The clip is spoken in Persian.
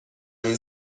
این